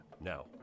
now